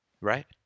right